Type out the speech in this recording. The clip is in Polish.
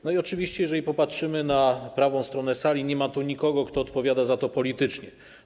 I oczywiście, jeżeli popatrzymy na prawą stronę sali, to nie ma nikogo, kto odpowiada za to politycznie.